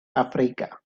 africa